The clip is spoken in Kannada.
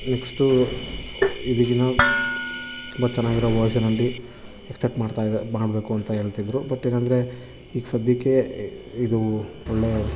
ನೆಕ್ಸ್ಟು ಇದಕ್ಕಿನ್ನ ತುಂಬ ಚೆನ್ನಾಗಿರೋ ವರ್ಶನಲ್ಲಿ ಎಕ್ಸ್ಪೆಕ್ಟ್ ಮಾಡ್ತಾಯಿದೆ ಮಾಡಬೇಕು ಅಂತ ಹೇಳ್ತಿದ್ರು ಬಟ್ ಏನೆಂದ್ರೆ ಈಗ ಸದ್ಯಕ್ಕೆ ಇದು ಒಳ್ಳೆ